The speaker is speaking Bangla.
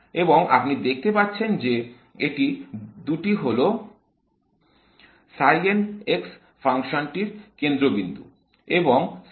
এবং আপনি দেখতে পাচ্ছেন যে এই দুটি হল ফাংশনটির কেন্দ্রবিন্দু